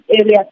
area